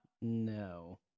No